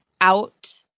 out